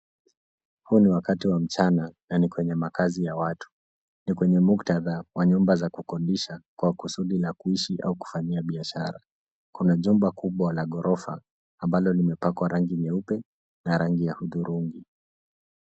Huu ni wakati wa mchana na kwenye makazi ya watu. Ni kwenye muktadha wa nyumba za kukodisha kwa kusudi la kuishi au kufanyia biashara. Kuna jumba kubwa la ghorofa ambalo limepakwa rangi nyeupe na rangi ya hudhurungi.